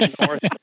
north